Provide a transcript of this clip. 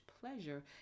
pleasure